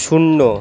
শূন্য